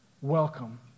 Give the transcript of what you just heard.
welcome